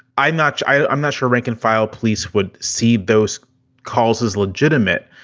i'm not. i'm not sure rank and file police would see those calls as legitimate.